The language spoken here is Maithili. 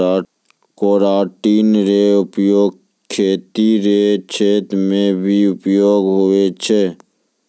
केराटिन रो प्रयोग खेती रो क्षेत्र मे भी उपयोग हुवै छै